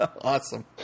Awesome